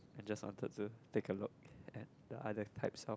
I just wanted to take a look at other types of